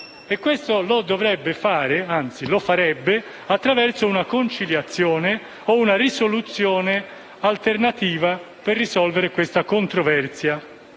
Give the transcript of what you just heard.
Questo lo dovrebbe fare (anzi, lo farebbe) attraverso una conciliazione o una risoluzione alternativa per risolvere questa controversia.